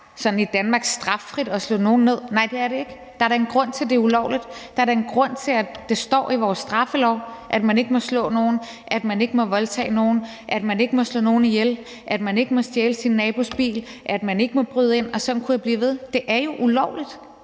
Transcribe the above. sådan i Danmark, at det er straffrit at slå nogen ned. Nej, det er det ikke. Der er da en grund til, at det er ulovligt. Der er da en grund til, at det står i vores straffelov, at man ikke må slå nogen, at man ikke må voldtage nogen, at man ikke må slå nogen ihjel, at man ikke må stjæle sin nabos bil, at man ikke må bryde ind, og sådan kunne jeg blive ved. Det er jo ulovligt,